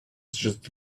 just